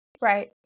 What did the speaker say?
Right